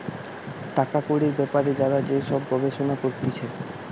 টাকা কড়ির বেপারে যারা যে সব গবেষণা করতিছে